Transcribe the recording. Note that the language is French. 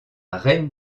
reine